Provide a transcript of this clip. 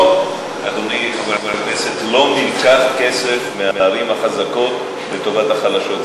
לא נלקח כסף מהערים החזקות לטובת החלשות.